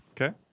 Okay